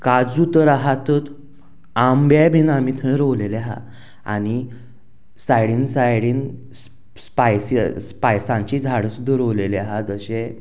काजू तर आहातूच आंबे बीन आमी थंय रोवलेलें आहा आनी सायडीन सायडीन स्पायसी स्पायसांची झाडां सुद्दां रोंवलेलें आसा जशें